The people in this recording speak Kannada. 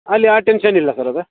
ಅಲ್ಲಿ ಆ ಟೆನ್ಶನ್ ಇಲ್ಲ ಸರ್ ಅದು